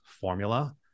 formula